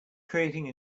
creating